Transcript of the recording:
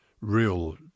real